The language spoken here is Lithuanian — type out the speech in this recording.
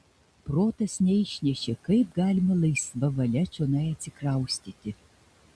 protas neišnešė kaip galima laisva valia čionai atsikraustyti